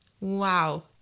Wow